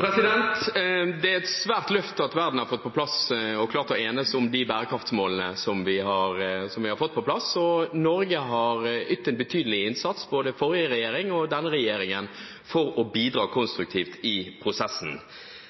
Det er et svært løft at verden har fått på plass og klart å enes om de bærekraftsmålene som vi har fått på plass. Norge har ytt en betydelig innsats, både forrige regjering og denne regjeringen, for å bidra konstruktivt i prosessen.